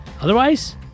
Otherwise